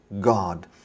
God